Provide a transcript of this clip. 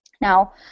Now